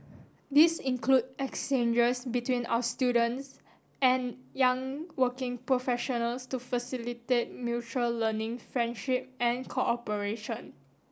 these include exchanges between our students and young working professionals to facilitate mutual learning friendship and cooperation